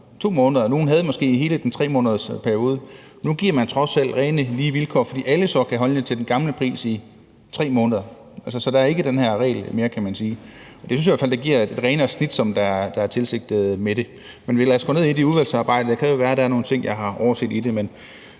2 måneder, og nogle havde måske stempelmærker i hele 3-månedersperioden. Nu giver man trods alt rene, lige vilkår, fordi alle så kan holde sig til den gamle pris i 3 måneder. Så den her regel er der ikke mere, kan man sige. Det synes jeg i hvert fald giver et renere snit, som det er tilsigtet med forslaget. Men lad os gå ned i det i udvalgsarbejdet. Det kan jo være, at der er nogle ting, jeg har overset i det, men